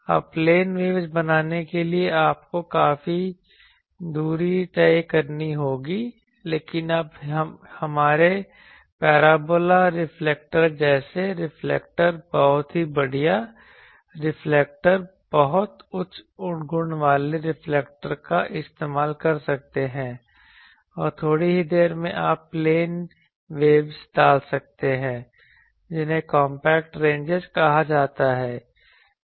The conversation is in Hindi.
अब प्लेन वेव्स बनाने के लिए आपको काफी दूरी तय करनी होगी लेकिन आप हमारे पैराबोला रिफ्लेक्टर जैसे रिफ्लेक्टर बहुत ही बढ़िया रिफ्लेक्टर बहुत उच्च गुण वाले रिफ्लेक्टर का इस्तेमाल कर सकते हैं और थोड़ी ही देर में आप प्लेन वेव्स डाल सकते हैं जिन्हें कॉम्पैक्ट रेंज कहा जाता है